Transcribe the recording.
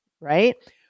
right